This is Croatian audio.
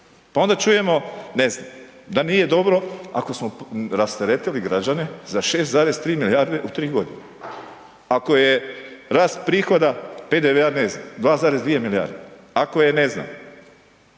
Pa onda čujemo, ne znam da nije dobro ako smo rasteretili građane za 6,3 milijarde u tri godine. Ako je rast prihoda PDV-a ne znam 2,2 milijarde, ako je ne znam